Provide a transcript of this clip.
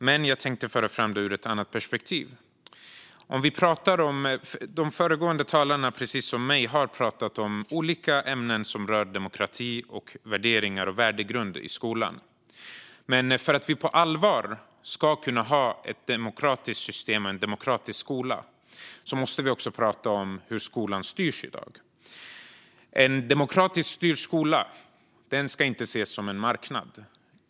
Men jag tänkte föra fram det ur ett annat perspektiv. De föregående talarna har precis som jag pratat om olika ämnen som rör demokrati, värderingar och värdegrund i skolan. Men för att vi på allvar ska kunna ha ett demokratiskt system och en demokratisk skola måste vi också prata om hur skolan styrs i dag. En demokratiskt styrd skola ska inte ses som en marknad.